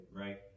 Right